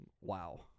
Wow